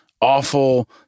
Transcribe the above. awful